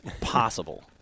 possible